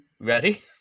Ready